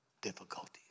difficulties